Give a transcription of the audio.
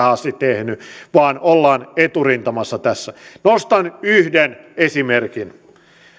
asti tehnyt vaan ollaan eturintamassa tässä nostan yhden esimerkin